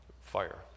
Fire